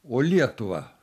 o lietuva